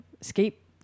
escape